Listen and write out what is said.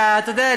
ואתה יודע,